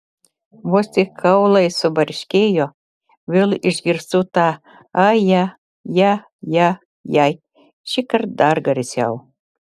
vos tik kaulai subarškėjo vėl išgirstu tą aja ja ja jai šįkart dar garsiau